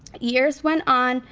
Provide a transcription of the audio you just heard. years went on,